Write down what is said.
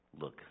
Look